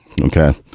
Okay